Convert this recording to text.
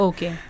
Okay।